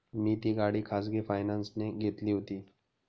मी ती गाडी खाजगी फायनान्सने घेतली होती